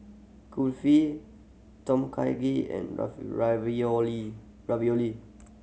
Kulfi Tom Kha Gai and Ravioli Ravioli